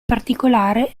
particolare